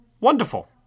wonderful